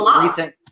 recent